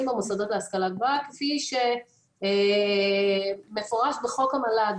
במוסדות להשכלה גבוהה כפי שמפורט בחוק המל"ג,